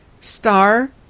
Star